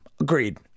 Agreed